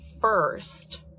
first